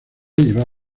llevaba